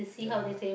ya